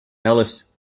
alice